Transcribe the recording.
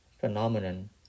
phenomenon